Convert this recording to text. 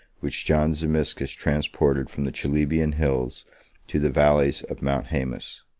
which john zimisces transported from the chalybian hills to the valleys of mount haemus.